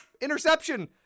interception